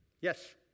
Yes